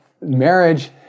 marriage